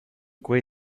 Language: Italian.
quei